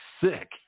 sick